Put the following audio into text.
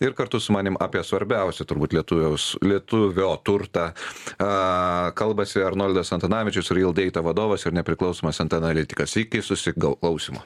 ir kartu su manim apie svarbiausią turbūt lietuviaus lietuvio turtą kalbasi arnoldas antanavičius rildeita vadovas ir nepriklausomas en t analitikas iki susi gal klausymo